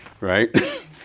right